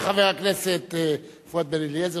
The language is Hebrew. תודה רבה לחבר הכנסת פואד בן-אליעזר,